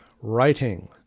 writing